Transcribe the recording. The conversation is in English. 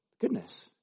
Goodness